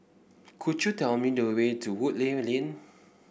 could you tell me the way to Woodleigh Lane